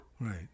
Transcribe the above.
Right